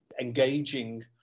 engaging